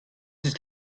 ist